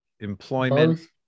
Employment